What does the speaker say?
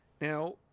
Now